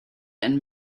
and